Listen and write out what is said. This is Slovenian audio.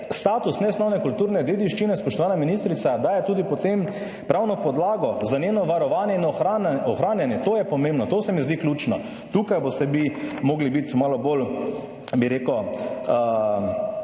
Status nesnovne kulturne dediščine, spoštovana ministrica, daje tudi potem pravno podlago za njeno varovanje in ohranjanje. To je pomembno, to se mi zdi ključno. Tukaj bi morali biti malo bolj dosledni